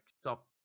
stop